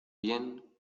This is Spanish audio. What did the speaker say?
bien